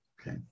Okay